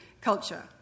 culture